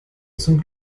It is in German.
zum